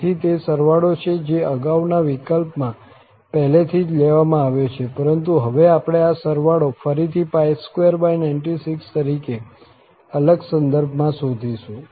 તેથી તે સરવાળો છે જે અગાઉના વિકલ્પમાં પહેલેથી જ લેવામાં આવ્યો હતો પરંતુ હવે આપણે આ સરવાળો ફરીથી 296 તરીકે અલગ સંદર્ભમાં શોધીશું